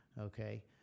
okay